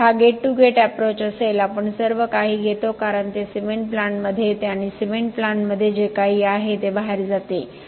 तर हा gate to gate approach असेल आपण सर्वकाही घेतो कारण ते सिमेंट प्लांटमध्ये येते आणि सिमेंट प्लांटमध्ये जे काही आहे ते बाहेर जाते